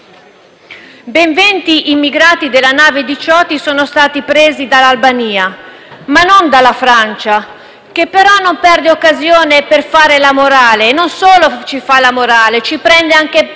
venti immigrati della nave Diciotti sono stati presi dall'Albania, e non dalla Francia, la quale però non perde occasione per fare la morale. Non solo ci fa la morale, ma ci prende in giro,